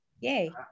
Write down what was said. Yay